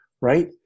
right